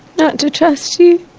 not to trust you.